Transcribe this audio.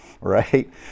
right